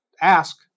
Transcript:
ask